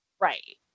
Right